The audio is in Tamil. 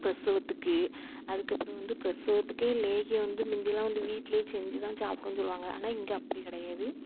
பிரசவத்துக்கு அதுக்குப்பிறகு வந்து பிரசவத்துக்கே லேகியம் வந்து முந்தியெல்லாம் வந்து வீட்டிலேயே செஞ்சுதான் சாப்பிடணும்னு சொல்லுவாங்க ஆனால் இங்கே அப்படி கிடையாது